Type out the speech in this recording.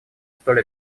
столь